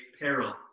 peril